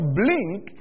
blink